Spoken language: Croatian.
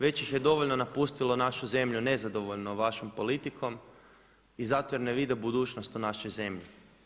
Već ih je dovoljno napustilo našu zemlju nezadovoljno vašom politikom i zato jer ne vide budućnost u našoj zemlji.